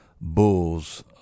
bulls